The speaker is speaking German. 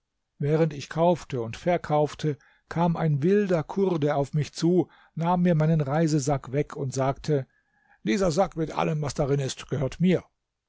während ich kaufte und verkaufte kam ein wilder kurde auf mich zu nahm mir meinen reisesack weg und sagte dieser sack mit allem was darin ist gehört mir